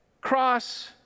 cross